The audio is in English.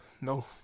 No